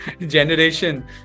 generation